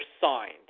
signed